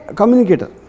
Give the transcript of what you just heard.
communicator